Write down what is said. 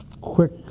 quick